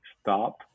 stop